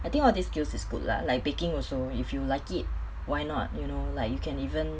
I think all of these skills is good lah like baking also if you like it why not you know like you can even